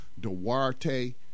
Duarte